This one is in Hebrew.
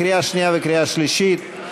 קריאה שנייה וקריאה שלישית.